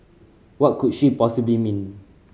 what could she possibly mean